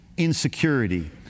insecurity